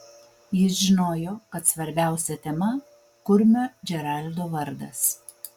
jis žinojo kad svarbiausia tema kurmio džeraldo vardas